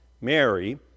Mary